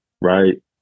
right